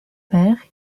père